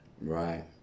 right